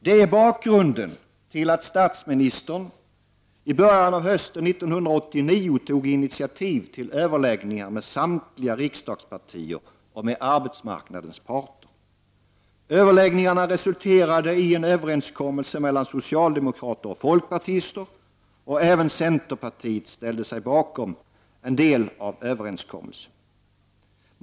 Detta är bakgrunden till att statsministern i början av hösten 1989 tog initiativ till överläggningar med samtliga riksdagspartier och med arbetsmarknadens parter. Överläggningarna resulterade i en överenskommelse mellan socialdemokrater och folkpartister. Även centerpartiet ställde sig bakom viktiga delar av överenskommelsen.